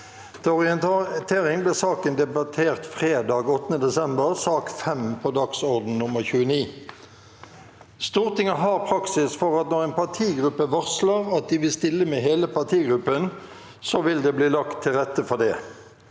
Til orientering ble saken debattert fredag 8. desember som sak nr. 5 på dagsorden nr. 29. Stortinget har praksis for at når en partigruppe varsler at de vil stille med hele partigruppen, vil det bli lagt til rette for det.